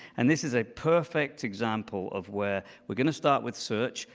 and this is a perfect example of where we're going to start with search,